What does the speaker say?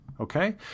okay